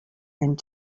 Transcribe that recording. and